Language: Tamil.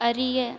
அறிய